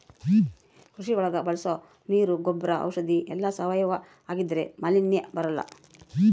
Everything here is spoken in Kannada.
ಕೃಷಿ ಒಳಗ ಬಳಸೋ ನೀರ್ ಗೊಬ್ರ ಔಷಧಿ ಎಲ್ಲ ಸಾವಯವ ಆಗಿದ್ರೆ ಮಾಲಿನ್ಯ ಬರಲ್ಲ